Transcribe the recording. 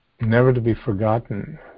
never-to-be-forgotten